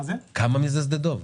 כמה מזה שדה דב?